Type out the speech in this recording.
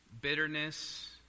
bitterness